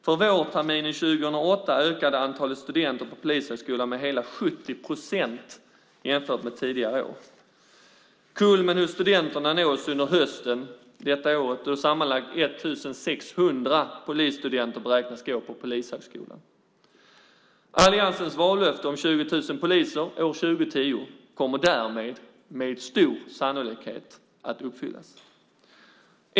För vårterminen 2008 ökade antalet studenter på polishögskolan med hela 70 procent jämfört med tidigare år. Kulmen för studenterna nås under hösten detta år, då sammanlagt 1 600 polisstudenter beräknas gå på polishögskolan. Alliansens vallöfte om 20 000 poliser år 2010 kommer därmed med stor sannolikhet att uppfyllas.